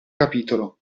capitolo